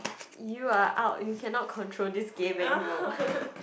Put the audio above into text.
you are out you cannot control this game anymore